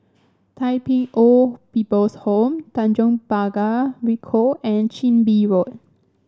Tai Pei Old People's Home Tanjong Pagar Ricoh and Chin Bee Road